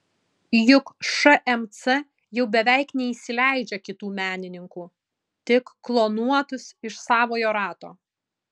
juk šmc jau beveik neįsileidžia kitų menininkų tik klonuotus iš savojo rato